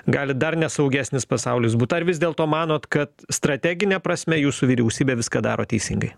gali dar nesaugesnis pasaulis būt ar vis dėlto manot kad strategine prasme jūsų vyriausybė viską daro teisingai